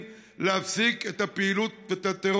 על הממשלה לנקוט צעדים מיידיים להפסיק את פעילות הטרור